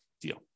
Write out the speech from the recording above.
deal